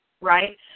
right